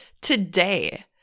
today